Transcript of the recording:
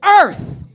earth